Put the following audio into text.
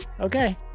Okay